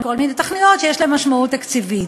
כל מיני תוכניות שיש להן משמעות תקציבית.